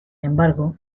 embargo